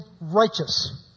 righteous